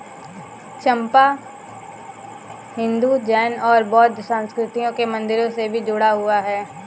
चंपा हिंदू, जैन और बौद्ध संस्कृतियों के मंदिरों से भी जुड़ा हुआ है